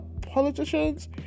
politicians